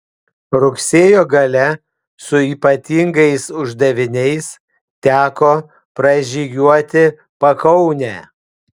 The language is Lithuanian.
rugsėjo gale su ypatingais uždaviniais teko pražygiuoti pakaunę